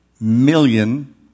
million